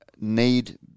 need